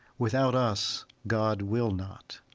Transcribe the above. without us, god will not.